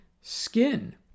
skin